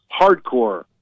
hardcore